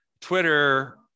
Twitter